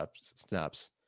snaps